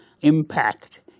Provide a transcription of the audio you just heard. impact